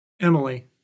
Emily